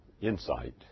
insight